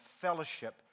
fellowship